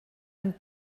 amb